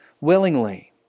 willingly